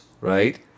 right